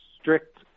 strict